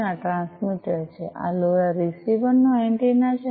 અને આ ટ્રાન્સમીટર છે આ લોરા રીસીવર નો એન્ટેના છે